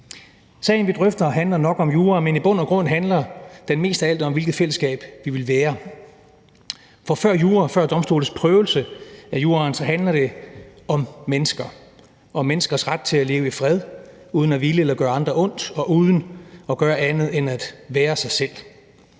Sagen, vi drøfter, handler nok om jura, men i bund og grund handler den mest af alt om, hvilket fællesskab vi vil være. For før jura og før domstolens prøvelse af juraen handler det om mennesker og om menneskers ret til at leve i fred uden at ville gøre eller gøre andre ondt og uden at gøre andet end at være sig selv.